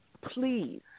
please